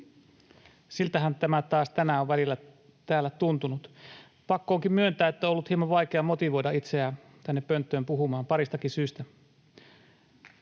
siltähän tämä taas tänään on välillä täällä tuntunut. Pakko onkin myöntää, että on ollut hieman vaikea motivoida itseään tänne pönttöön puhumaan paristakin syystä.